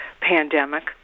pandemic